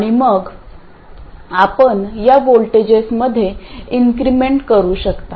आणि मग आपण या व्होल्टेजेसमध्ये इंक्रीमेंट करू शकता